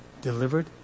delivered